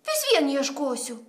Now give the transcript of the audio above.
vis vien ieškosiu